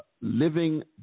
living